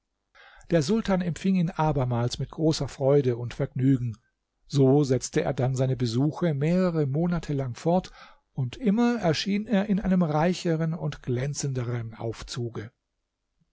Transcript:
der sultan empfing ihn abermals mit großer freude und vergnügen so setzte er dann seine besuche mehrere monate lang fort und immer erschien er in einem reicheren und glänzenderen aufzuge